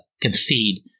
concede